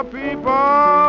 people